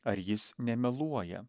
ar jis nemeluoja